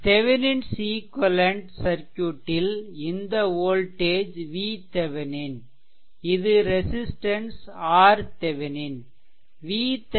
Thevenin's equivalent Thevenin's equivalent சர்க்யூட்டில் இந்த voltage vThevenin இது ரெசிஸ்ட்டன்ஸ் RThevenin